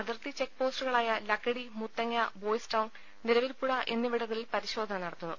അതിർത്തി ചെക്ക്പോസ്റ്റുകളായ Lakkidi Muthanga Boys Town Niravilpuzha എന്നിവിടങ്ങളിൽ പരിശോധന നടത്തുന്നു